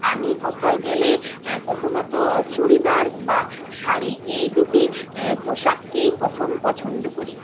আমি কোথাও গেলেই প্রথমত চুড়িদার বা শাড়ি এই দুটি পোশাককেই প্রথম পছন্দ করি